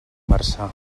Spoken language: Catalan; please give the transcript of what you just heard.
marzà